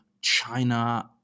China